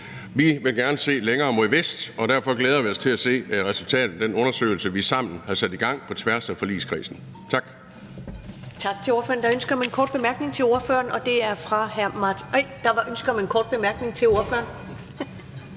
Vi vil gerne se længere mod vest, og derfor glæder vi os til at se resultatet af den undersøgelse, som vi sammen har sat i gang på tværs af forligskredsen. Tak.